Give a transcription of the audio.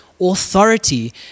authority